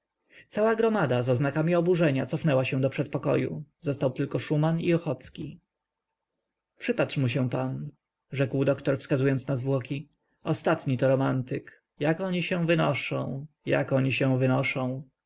cała gromada z oznakami oburzenia cofnęła się do przedpokoju został tylko szuman i ochocki przypatrz mu się pan rzekł doktor wskazując na zwłoki ostatni to romantyk jak oni się wynoszą jak oni się wynoszą